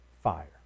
fire